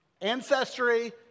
Ancestry